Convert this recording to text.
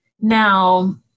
Now